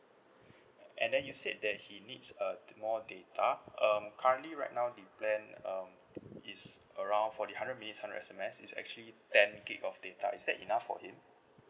and then you said that he needs uh more data um currently right now the plan um is around for the hundred minutes hundred S_M_S is actually ten gig of data is that enough for him